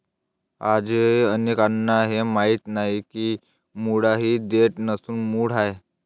आजही अनेकांना हे माहीत नाही की मुळा ही देठ नसून मूळ आहे